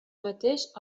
mateix